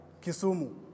Kisumu